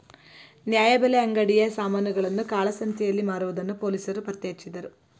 ನ್ಯಾಯಬೆಲೆ ಅಂಗಡಿಯ ಸಾಮಾನುಗಳನ್ನು ಕಾಳಸಂತೆಯಲ್ಲಿ ಮಾರುವುದನ್ನು ಪೊಲೀಸರು ಪತ್ತೆಹಚ್ಚಿದರು